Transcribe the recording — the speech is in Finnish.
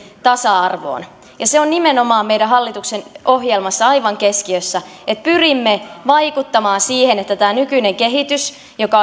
tasa arvoon se on nimenomaan meidän hallituksen ohjelmassa aivan keskiössä pyrimme vaikuttamaan siihen että kun tämä nykyinen kehitys